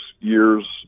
years